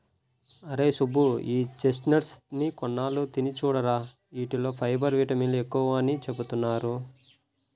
అరేయ్ సుబ్బు, ఈ చెస్ట్నట్స్ ని కొన్నాళ్ళు తిని చూడురా, యీటిల్లో ఫైబర్, విటమిన్లు ఎక్కువని చెబుతున్నారు